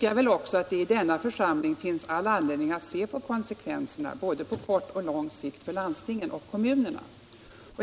Jag anser att det i denna församling finns all anledning att se på konsekvenserna på både kort och lång sikt för landstingen och kommunerna.